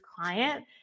client